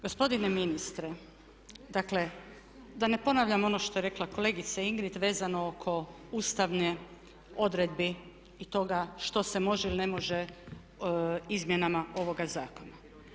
Gospodine ministre, dakle da ne ponavljam ono što je rekla kolegica Ingrid vezano oko ustavnih odredbi i toga što se može ili ne može izmjenama ovoga zakona.